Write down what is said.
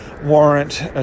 warrant